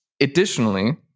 additionally